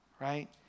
right